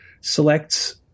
selects